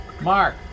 Mark